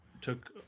took